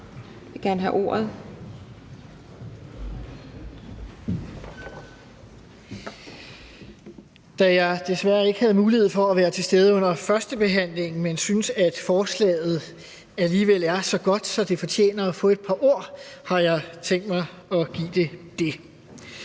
Da jeg desværre ikke havde mulighed for at være til stede under førstebehandlingen, men synes, at forslaget alligevel er så godt, at det fortjener at få et par ord, har jeg tænkt mig at give det det.